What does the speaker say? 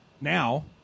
now